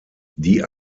die